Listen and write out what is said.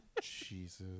jesus